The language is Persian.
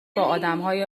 آدمهای